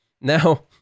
Now